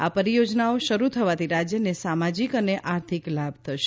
આ પરીયોજનાઓ શરૂ થવાથી રાજયને સામાજીક અને આર્થિક લાભ થશે